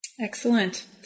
Excellent